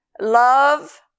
love